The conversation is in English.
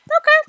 Okay